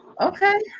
okay